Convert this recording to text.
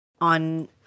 on